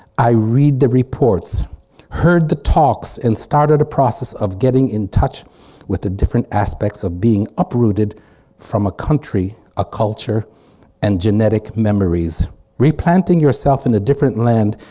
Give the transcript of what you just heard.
i read the reports heard the talks and started a process of getting in touch with the different aspects of being uprooted from a country a culture and genetic memories replanting yourself in a different land.